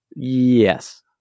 yes